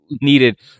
needed